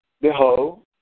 Behold